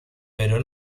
pero